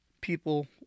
people